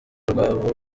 rwabo